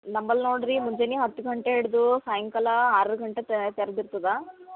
ನಂಬಲ್ ನೋಡ್ರಿ ಮುಂಜಾನೆ ಹತ್ತು ಗಂಟೆ ಹಿಡ್ದೂ ಸಾಯಂಕಾಲ ಆರು ಗಂಟೆ ತೆರ್ ತೆರ್ದಿರ್ತದ